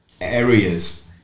areas